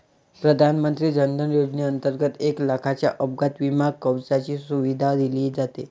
प्रधानमंत्री जन धन योजनेंतर्गत एक लाखाच्या अपघात विमा कवचाची सुविधा दिली जाते